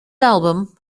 album